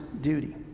duty